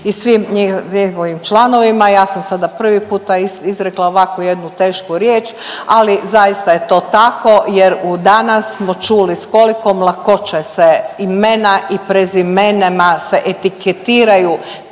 i svim njihovim članovima. Ja sam sada prvi puta izrekla ovakvu jednu tešku riječ, ali zaista je to tako jer u danas smo čuli s kolikom lakoće se imena i prezimenima se etiketiraju